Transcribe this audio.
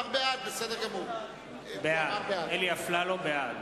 (קורא בשמות חברי הכנסת) אלי אפללו, בעד